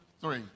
three